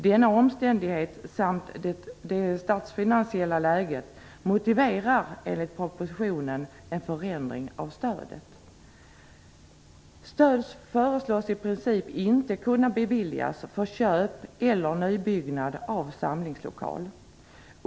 Denna omständighet samt det statsfinansiella läget motiverar enligt propositionen en förändring av stödet. Stöd föreslås i princip inte kunna beviljas för köp eller nybyggnad av samlingslokal.